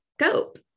scope